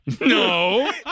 No